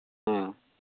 ꯎꯝ